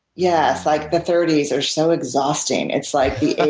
yes. like the thirty s are so exhausting. it's like the and